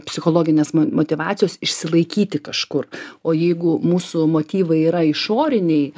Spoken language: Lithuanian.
psichologinės mot motyvacijos išsilaikyti kažkur o jeigu mūsų motyvai yra išoriniai